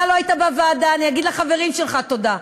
אתה לא היית בוועדה, אני אגיד לחברים שלך תודה.